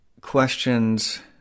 questions